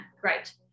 great